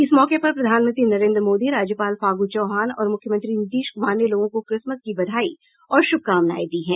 इस मौके पर प्रधानमंत्री नरेन्द्र मोदी राज्यपाल फागू चौहान और मुख्यमंत्री नीतीश कुमार ने लोगों को क्रिसमस की बधाई और शुभकामनाएं दी हैं